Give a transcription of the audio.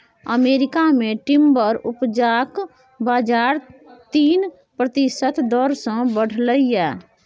America मे timber उपजाक बजार तीन प्रतिशत दर सँ बढ़लै यै